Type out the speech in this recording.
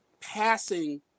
passing